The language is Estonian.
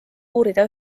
uurida